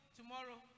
tomorrow